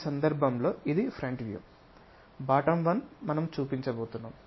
ఈ సందర్భంలో ఇది ఫ్రంట్ వ్యూ బాటమ్ వన్ మనం చూపించబోతున్నాం